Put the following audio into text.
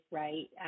right